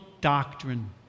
doctrine